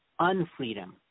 unfreedom